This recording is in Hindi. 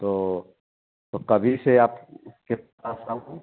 तो तो कभी से आप के पास आऊँ